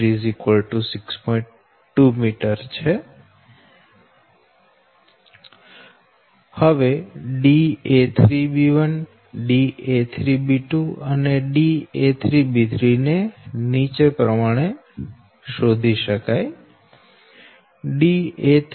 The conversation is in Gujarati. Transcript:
2 m હવે da3b1 da3b2 અને da3b3 નીચે પ્રમાણે શોધી શકાય